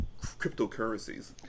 cryptocurrencies